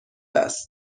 است